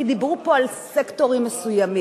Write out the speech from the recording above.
כי דיברו פה על סקטורים מסוימים.